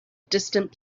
distant